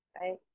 right